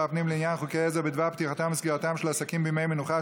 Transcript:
הפנים לעניין חוקי עזר בדבר פתיחתם וסגירתם של עסקים בימי מנוחה),